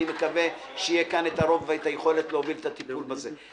אני מקווה שיהיה כאן הרוב והיכולת להוביל את הטיפול בזה.